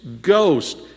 Ghost